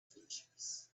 features